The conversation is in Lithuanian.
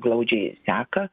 glaudžiai seka